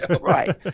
Right